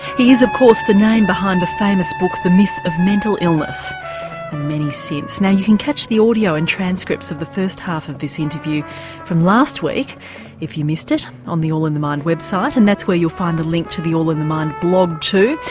he is of course the name behind the famous book the myth of mental illness, and many since. now you can catch the audio and transcripts of the first half of this interview from last week if you missed it on the all in the mind website and that's where you'll find a link to the all in the mind blog too.